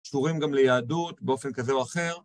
תורם גם ליהדות באופן כזה או אחר.